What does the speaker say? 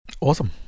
Awesome